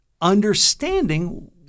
understanding